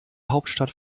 hauptstadt